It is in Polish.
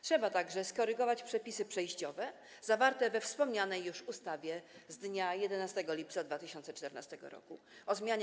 Trzeba także skorygować przepisy przejściowe zawarte we wspomnianej już ustawie z dnia 11 lipca 2014 r. o zmianie